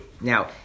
Now